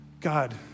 God